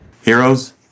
Heroes